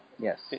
yes